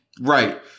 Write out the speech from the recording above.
Right